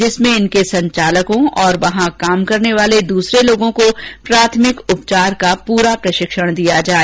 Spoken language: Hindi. जिसमें इनके संचालकों और वहां काम करने वाले दूसरो लोगों को प्राथमिक उपचार का पूरा प्रशिक्षण दिया जाए